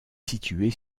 située